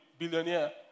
billionaire